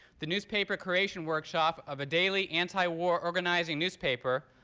the newspaper creation workshop of a daily anti-war organizing newspaper,